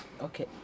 Okay